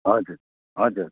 हजुर हजुर